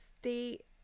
state